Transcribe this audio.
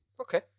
Okay